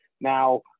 now